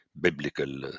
biblical